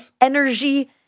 energy